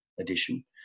edition